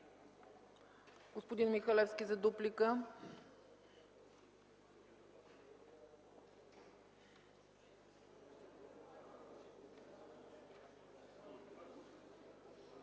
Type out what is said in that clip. Господин Михалевски, за дуплика.